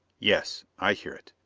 yes. i hear it.